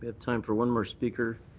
ah time for one more speaker.